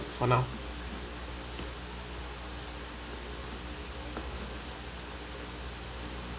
for now